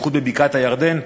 בייחוד בבקעת-הירדן,